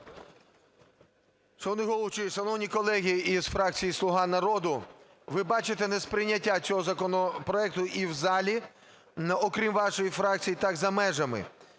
Шановний головуючий, шановні колеги із фракції "Слуга народу", ви бачите несприйняття цього законопроекту і в залі, окрім вашої фракції, та за межами